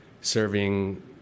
serving